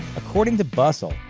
according to bustle,